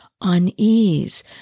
unease